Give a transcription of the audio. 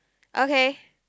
okay